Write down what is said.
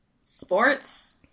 sports